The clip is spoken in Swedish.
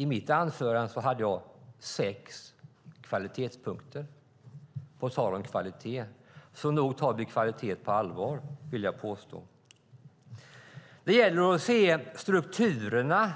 I mitt anförande hade jag med sex kvalitetspunkter - på tal om kvalitet - så nog tar vi kvaliteten på allvar, vill jag påstå. Det gäller att se strukturerna